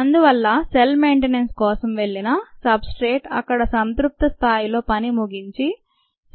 అందువల్ల cell maintenance కోసం వెళ్లిన సబ్ స్ట్రేట్ అక్కడ సంతృప్త స్థాయిలో పని ముగించి